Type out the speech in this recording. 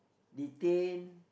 detained